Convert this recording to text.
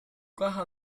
caja